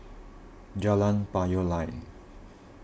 Jalan Payoh Lai